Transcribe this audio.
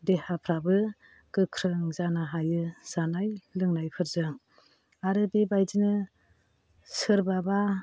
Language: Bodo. देहाफ्राबो गोख्रों जानो हायो जानाय लोंनायफोरजों आरो बेबादिनो सोरबाबा